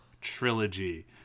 trilogy